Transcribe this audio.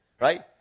right